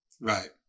Right